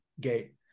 gate